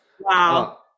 Wow